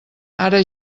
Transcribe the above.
ara